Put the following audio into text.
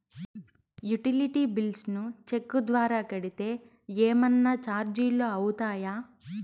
Utility bills ను cheque ద్వారా కట్టితే ఏమన్నా చార్జీలు అవుతాయా?